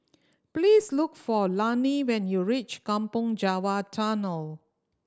please look for Lani when you reach Kampong Java Tunnel